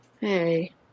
Hey